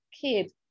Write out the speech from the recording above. kid